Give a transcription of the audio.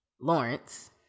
Lawrence